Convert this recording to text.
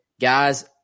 guys